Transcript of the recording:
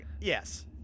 yes